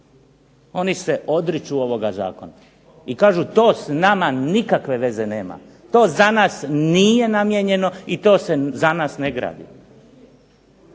oni se odriču ovoga zakona i kažu to s nama nikakve veze nema, to za nas nije namijenjeno i to se za nas ne gradi.